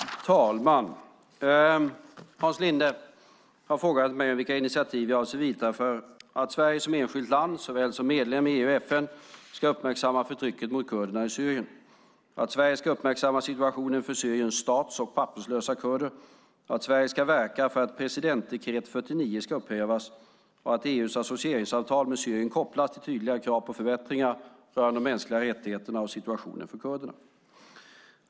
Herr talman! Hans Linde har frågat mig vilka initiativ jag avser att vidta för att: Sverige som enskilt land, såväl som medlem i EU och FN, ska uppmärksamma förtrycket mot kurderna i Syrien Sverige ska uppmärksamma situationen för Syriens stats och papperslösa kurder Sverige ska verka för att presidentdekret 49 ska upphävas och EU:s associeringsavtal med Syrien ska kopplas till tydliga krav på förbättringar rörande de mänskliga rättigheterna och situationen för kurderna.